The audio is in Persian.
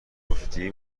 گفتی